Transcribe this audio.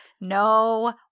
no